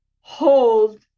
hold